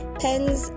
pens